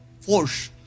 Force